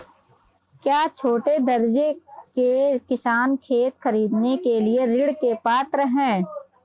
क्या छोटे दर्जे के किसान खेत खरीदने के लिए ऋृण के पात्र हैं?